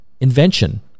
invention